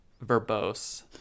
verbose